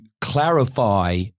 clarify